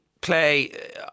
play